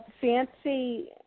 fancy